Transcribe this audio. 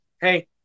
Hey